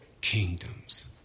kingdoms